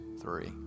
three